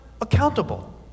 accountable